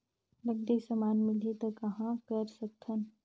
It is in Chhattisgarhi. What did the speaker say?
नकली समान मिलही त कहां कर सकथन?